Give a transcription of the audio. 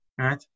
right